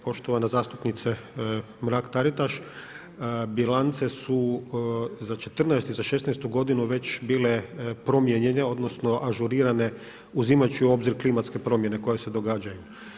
Poštovana zastupnice Mrak-Taritaš bilance su za 2014. i za 2016. godinu već bile promijenjene odnosno ažurirane uzimajući u obzir klimatske promjene koje se događaju.